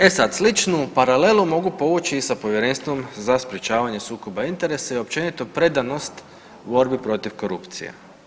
E sad, sličnu paralelu mogu povući i sa Povjerenstvom za sprječavanje sukoba interesa i općenito predanost borbi protiv korupcije.